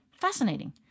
Fascinating